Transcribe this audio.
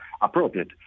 appropriate